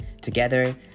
Together